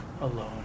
alone